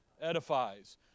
Edifies